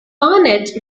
barnett